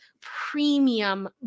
premium